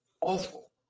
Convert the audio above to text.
awful